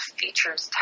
features